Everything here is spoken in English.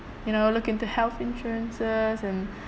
you know look into health insurances and